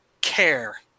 care